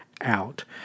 out